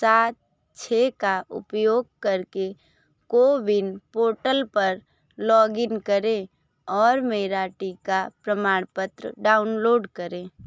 सात छः का उपयोग करके कोविन पोर्टल पर लॉगिन करें और मेरा टीका प्रमाणपत्र डाउनलोड करें